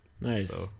Nice